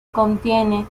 contiene